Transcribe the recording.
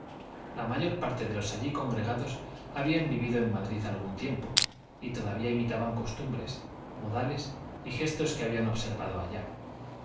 la mayor parte de los allí congregados habían vivido en madrid algún tiempo y todavía imitaban costumbres modales y gestos que habían observado allá